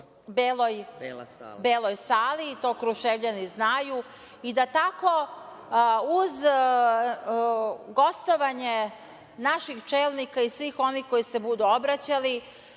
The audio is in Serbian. Beloj sali, to Kruševljani znaju. I tako, da uz gostovanje naših čelnika i svih onih koji se budu obraćali